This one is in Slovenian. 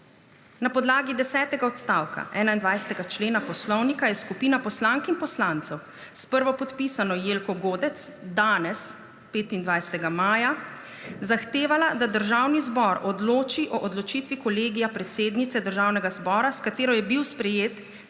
Na podlagi desetega odstavka 21. člena Poslovnika je skupina poslank in poslancev s prvopodpisano Jelko Godec danes, 25. maja, zahtevala, da Državni zbor odloči o odločitvi Kolegija predsednice Državnega zbora, s katero je bil sprejet